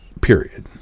period